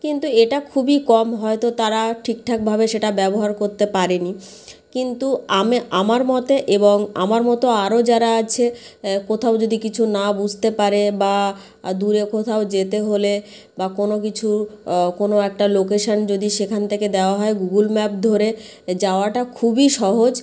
কিন্তু এটা খুবই কম হয়তো তারা ঠিকঠাকভাবে সেটা ব্যবহার করতে পারেনি কিন্তু আমার মতে এবং আমার মতো আরও যারা আছে কোথাও যদি কিছু না বুঝতে পারে বা দূরে কোথাও যেতে হলে বা কোনো কিছু কোনো একটা লোকেশন যদি সেখান থেকে দেওয়া হয় গুগল ম্যাপ ধরে যাওয়াটা খুবই সহজ